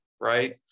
Right